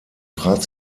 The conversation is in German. trat